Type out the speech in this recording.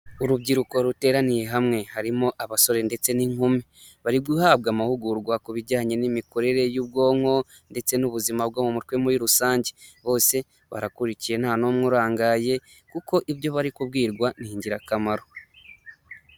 Urubyiruko ruteraniye hamwe, harimo abasore ndetse n'inkumi, bari guhabwa amahugurwa ku bijyanye n'imikorere y'ubwonko ndetse n'ubuzima bwo mu mutwe muri rusange, bose barakurikiye nta n'umwe urangaye kuko ibyo bari kubwirwa ni ingirakamaro.